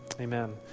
Amen